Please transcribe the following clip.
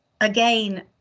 Again